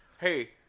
Hey